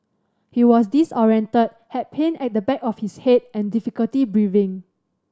he was disorientated had pain at the back of his head and difficulty breathing